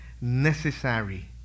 necessary